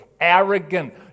arrogant